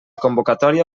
convocatòria